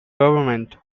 government